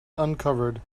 uncovered